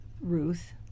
Ruth